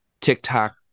TikTok